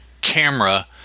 camera